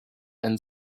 and